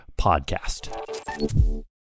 podcast